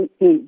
age